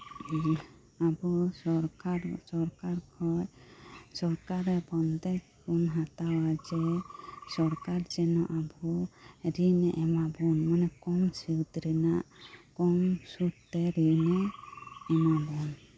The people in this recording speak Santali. ᱟᱵᱩ ᱥᱚᱨᱠᱟᱨ ᱥᱚᱨᱠᱟᱨ ᱠᱷᱚᱡ ᱥᱚᱨᱠᱟᱨᱮ ᱵᱚᱱᱫᱮᱡ ᱵᱩᱱᱦᱟᱛᱟᱣᱟ ᱡᱮ ᱥᱚᱨᱠᱟᱨ ᱡᱮᱱᱚ ᱟᱵᱩ ᱨᱤᱱᱮ ᱮᱢᱟᱵᱩᱱ ᱠᱚᱢ ᱥᱩᱫ ᱨᱮᱱᱟᱜ ᱠᱚᱢ ᱥᱩᱫ ᱛᱮ ᱨᱤᱱᱮ ᱮᱢᱟᱵᱩᱱ